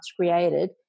created